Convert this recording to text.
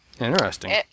Interesting